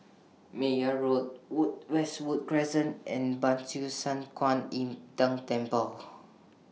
Meyer Road Wood Westwood Crescent and Ban Siew San Kuan Im Tng Temple